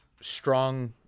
strong